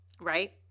right